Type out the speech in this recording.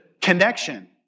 connection